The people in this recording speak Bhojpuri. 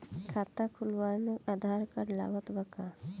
खाता खुलावे म आधार कार्ड लागत बा का?